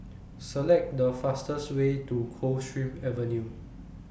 Select The fastest Way to Coldstream Avenue